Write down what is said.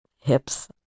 hips